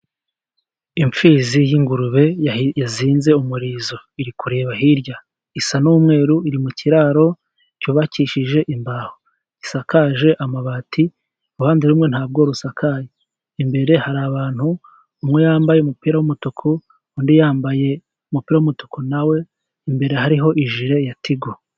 Impfizi y'ingurube yazinze umurizo, iri kureba hirya isa n'umweru, iri mu kiraro cyubakishije imbaho ,isakaje amabati iruhande rumwe ntabwo rusakaye imbere, hari abantu ,umwe yambaye umupira w'umutuku ,undi yambaye umupira w'umutuku na we ,imbere hariho ijire ya tigo.